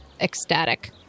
ecstatic